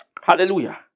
Hallelujah